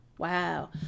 Wow